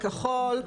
נבחרים).